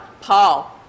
Paul